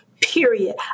period